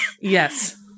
Yes